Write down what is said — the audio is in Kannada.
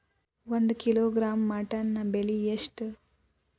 ಒಂದು ಕಿಲೋಗ್ರಾಂ ಮಟನ್ ಬೆಲೆ ಎಷ್ಟ್?